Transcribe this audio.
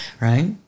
right